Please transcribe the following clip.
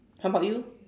how about you